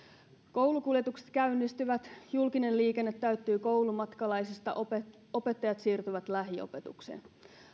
koulukuljetukset käynnistyvät julkinen liikenne täyttyy koulumatkalaisista opettajat opettajat siirtyvät lähiopetukseen